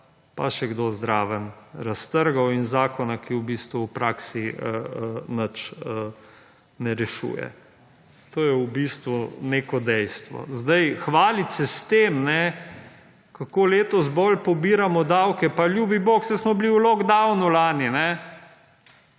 pa še kdo zraven raztrgal in zakona, ki v bistvu v praksi nič ne rešuje. To je v bistvu neko dejstvo. Sedaj hvaliti se s tem kako letos bolj pobiramo davke. Pa ljubi bog saj smo bili v lock downu lani.